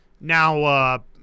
now